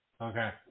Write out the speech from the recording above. Okay